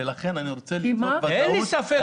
אדוני היושב-ראש,